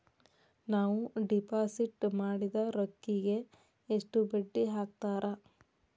ನಾವು ಡಿಪಾಸಿಟ್ ಮಾಡಿದ ರೊಕ್ಕಿಗೆ ಎಷ್ಟು ಬಡ್ಡಿ ಹಾಕ್ತಾರಾ?